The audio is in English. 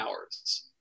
hours